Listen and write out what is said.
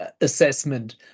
assessment